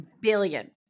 billion